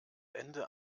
ende